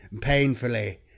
painfully